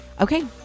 Okay